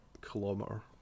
kilometer